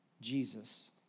Jesus